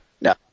No